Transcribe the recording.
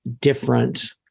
different